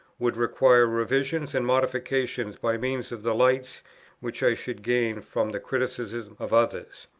would require revision and modification by means of the lights which i should gain from the criticism of others.